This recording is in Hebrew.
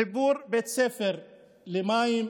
חיבור בית ספר למים,